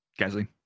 Gasly